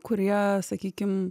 kurie sakykim